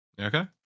Okay